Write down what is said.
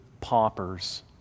paupers